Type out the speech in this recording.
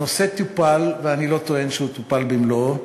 הנושא טופל, ואני לא טוען שהוא טופל במלואו,